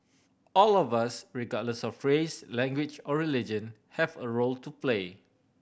all of us regardless of race language or religion have a role to play